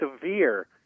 severe